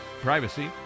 privacy